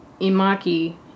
Imaki